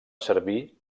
servir